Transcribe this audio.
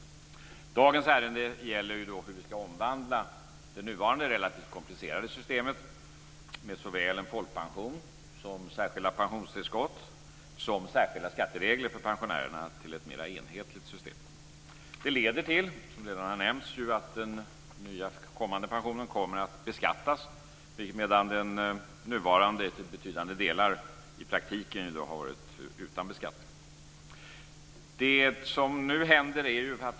Dagens ärende gäller hur vi ska omvandla det nuvarande relativt komplicerade systemet med såväl en folkpension som särskilda pensionstillskott och särskilda skatteregler för pensionärerna till ett mer enhetligt system. Det leder, som redan har nämnts, till att den nya kommande pensionen kommer att beskattas, medan den nuvarande pensionen i betydande delar i praktiken har varit utan beskattning.